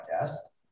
Yes